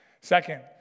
Second